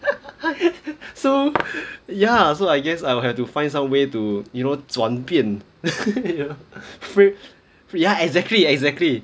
so ya so I guess I'll have to find some way to you know 转变 frame for ya exactly exactly